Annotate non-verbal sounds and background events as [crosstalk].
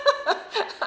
[laughs]